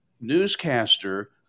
newscaster